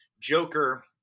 Joker